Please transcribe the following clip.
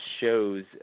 shows